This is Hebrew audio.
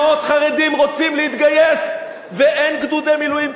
מאות חרדים רוצים להתגייס ואין גדודי מילואים,